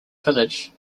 village